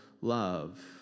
love